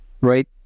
right